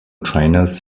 trainers